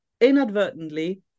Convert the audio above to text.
inadvertently